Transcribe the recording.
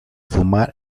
fumar